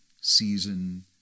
season